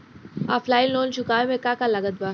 Offline loan चुकावे म का का लागत बा?